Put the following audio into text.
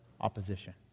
opposition